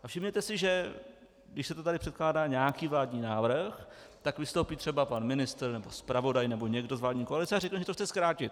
A všimněte si, že když se tady předkládá nějaký vládní návrh, tak vystoupí třeba pan ministr nebo zpravodaj nebo někdo z vládní koalice a řekne, že to chce zkrátit.